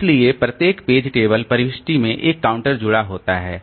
इसलिए प्रत्येक page table प्रविष्टि में एक काउंटर जुड़ा होता है